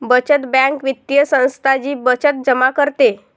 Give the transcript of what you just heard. बचत बँक वित्तीय संस्था जी बचत जमा करते